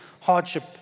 hardship